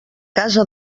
casa